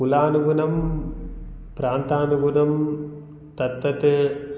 कुलानुगुणं प्रान्तानुगुणं तत्तत्